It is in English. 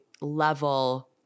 level